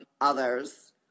others